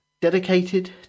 dedicated